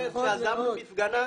אחרי שעזב הפגנה,